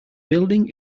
building